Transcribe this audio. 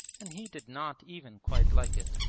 and he did not even quite like it.